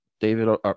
David